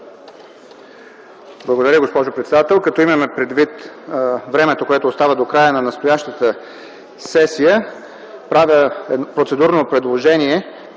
Благодаря, госпожо председател. Като имаме предвид времето, което остава до края на настоящата сесия, правя процедурно предложение